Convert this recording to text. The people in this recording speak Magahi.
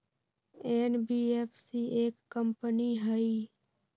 एन.बी.एफ.सी एक कंपनी हई?